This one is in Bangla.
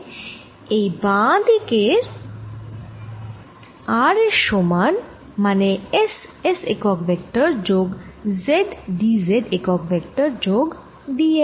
এই টি বাঁ দিকের r এর সমান মানে S Sএকক ভেক্টর যোগ Z d z একক ভেক্টর যোগ d l